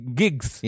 gigs